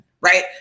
right